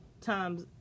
times